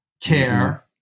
care